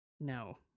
no